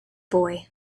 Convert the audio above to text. boy